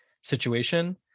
situation